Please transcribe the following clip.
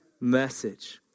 message